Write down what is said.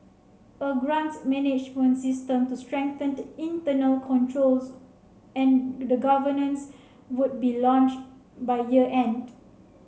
a grant management system to strengthen internal controls and the governance would be launched by year end